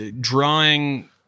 drawing